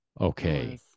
Okay